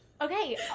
okay